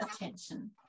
attention